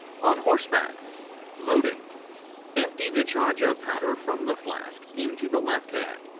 on horseback loading empty the charge of powder from the flask into the left hand,